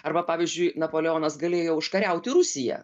arba pavyzdžiui napoleonas galėjo užkariauti rusiją